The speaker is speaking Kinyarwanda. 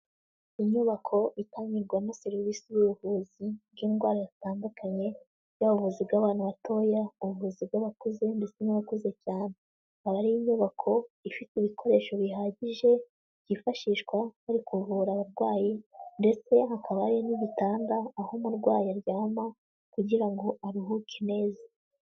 Inyubako itangirwa serivisi z'ubuvuzi bw'indwara zitandukanye, yaba ubuvuzi bw'abantu batoya, ubuvuzi bw'abakuze, ndetse n'abakuze cyane, aba ari inyubako ifite ibikoresho bihagije byifashishwa bari kuvura abarwayi, ndetse hakaba hari n'igitanda, aho umurwayi aryama kugira ngo aruhuke neza.